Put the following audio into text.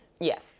Yes